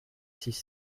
six